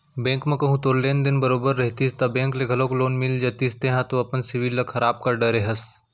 bank म कहूँ तोर लेन देन बरोबर रहितिस ता बेंक ले घलौक लोन मिल जतिस तेंहा तो अपन सिविल ल खराब कर डरे हस